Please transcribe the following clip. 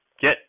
Get